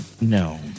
No